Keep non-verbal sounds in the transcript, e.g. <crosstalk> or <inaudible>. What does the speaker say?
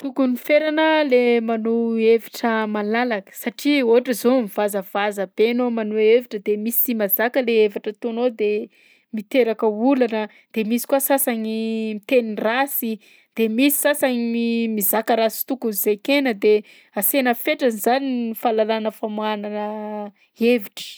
Tokony ferana le maneho hevitra malalaka satria ohatra zao hoe mivazavaza be anao maneho hevitra de misy sy mahazaka le hevitra ataonao de miteraka olana de sasagny miteny rasy, de misy sasany mi- mizaka raha sy tokony zakaina de asiana fetrany zany fahalalahana famoahanana <hesitation> hevitra.